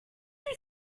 you